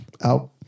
out